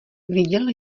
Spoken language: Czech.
viděl